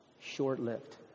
Short-lived